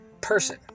person